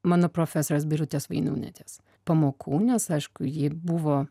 mano profesorės birutės vainiūnaitės pamokų nes aišku ji buvo